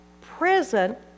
present